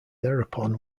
thereupon